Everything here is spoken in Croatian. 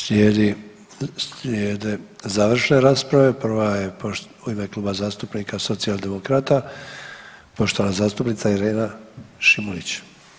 Slijedi, slijede završne rasprave, prva je u ime Kluba zastupnika Socijaldemokrata poštovana zastupnica Irena Šimunić.